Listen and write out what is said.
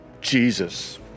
Jesus